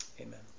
amen